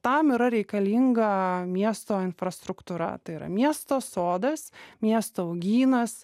tam yra reikalinga miesto infrastruktūra tai yra miesto sodas miesto uogynas